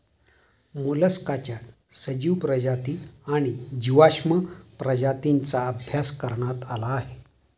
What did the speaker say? मोलस्काच्या सजीव प्रजाती आणि जीवाश्म प्रजातींचा अभ्यास करण्यात आला आहे